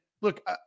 look